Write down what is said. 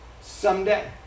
someday